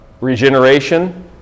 regeneration